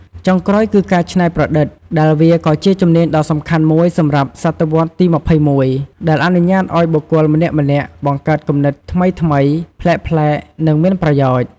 ចុងក្រោយគឺការច្នៃប្រឌិត ដែលវាក៏ជាជំនាញដ៏សំខាន់មួយសម្រាប់សតវត្សរ៍ទី២១ ដែលអនុញ្ញាតឱ្យបុគ្គលម្នាក់ៗ បង្កើតគំនិតថ្មីៗ ប្លែកៗ និងមានប្រយោជន៍។